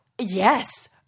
Yes